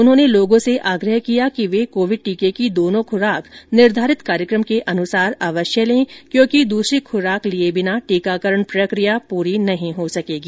उन्होंने लोगों से आग्रह किया कि वे कोविड टीके की दोनों खुराक निर्घारित कार्यक्रम के अनुसार अवश्य लें क्योंकि दूसरी खुराक लिए बिना टीकाकरण प्रक्रिया पूरी नहीं हो सकेगी